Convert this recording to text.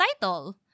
title